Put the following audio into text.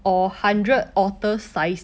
oh my god